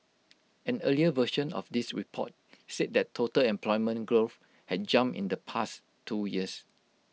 an earlier version of this report said that total employment growth had jumped in the past two years